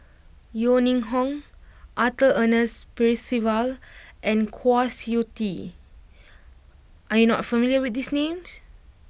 Yeo Ning Hong Arthur Ernest Percival and Kwa Siew Tee are you not familiar with these names